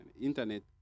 Internet